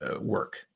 work